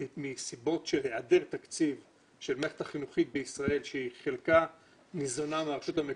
שאין לאף אחד ספק שהם חלו בגלל הזיהום בקישון,